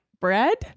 bread